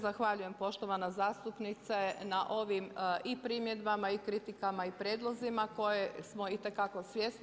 Zahvaljujem poštovana zastupnice na ovim i primjedbama i kritikama i prijedlozima kojih smo itekako svjesni.